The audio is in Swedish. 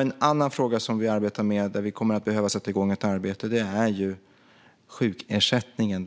En annan fråga som vi arbetar med, där vi kommer att behöva sätta igång ett arbete, är sjukersättningen.